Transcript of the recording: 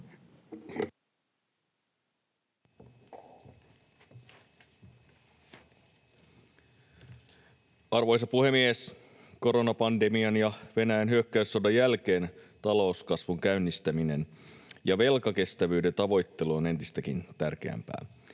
Arvoisa puhemies! Koronapandemian ja Venäjän hyökkäyssodan jälkeen talouskasvun käynnistäminen ja velkakestävyyden tavoittelu on entistäkin tärkeämpää.